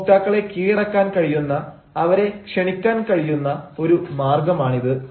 ഉപഭോക്താക്കളെ കീഴടക്കാൻ കഴിയുന്ന അവരെ ക്ഷണിക്കാൻ കഴിയുന്ന ഒരു മാർഗ്ഗമാണിത്